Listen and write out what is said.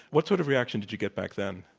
what sort of reaction did you get back then?